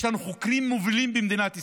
יש לנו חוקרים מובילים במדינת ישראל,